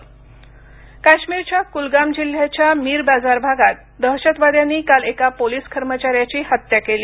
काश्मीर चकमक काश्मीरच्या कुलगाम जिल्ह्याच्या मीर बाजार भागात दहशतवाद्यांनी काल एका पोलीस कर्मचाऱ्याची हत्या केली